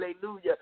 Hallelujah